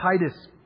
Titus